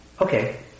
Okay